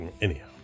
Anyhow